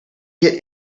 get